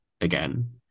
again